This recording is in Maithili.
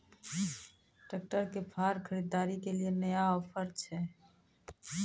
ट्रैक्टर के फार खरीदारी के लिए नया ऑफर छ?